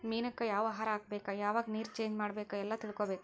ಮೇನಕ್ಕ ಯಾವ ಆಹಾರಾ ಹಾಕ್ಬೇಕ ಯಾವಾಗ ನೇರ ಚೇಂಜ್ ಮಾಡಬೇಕ ಎಲ್ಲಾ ತಿಳಕೊಬೇಕ